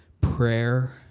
prayer